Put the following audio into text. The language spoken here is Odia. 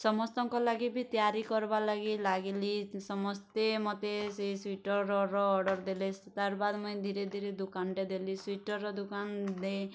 ସମସ୍ତଙ୍କର୍ ଲାଗି ବି ତିଆରି କର୍ବାର୍ ଲାଗି ଲାଗ୍ଲି ସମସ୍ତେ ମତେ ସେ ସ୍ୱେଟର୍ର ଅର୍ଡ଼ର୍ ଦେଲେ ତା'ର୍ ବାଦ୍ ମୁଇଁ ଧୀରେ ଧୀରେ ଦୁକାନ୍ଟେ ଦେଲି ସ୍ୱେଟର୍ର ଦୁକାନ୍ ଦେ